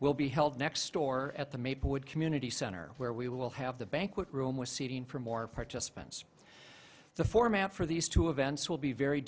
will be held next door at the maplewood community center where we will have the banquet room with seating for more participants the format for these two events will be very